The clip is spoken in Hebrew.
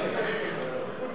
הצעת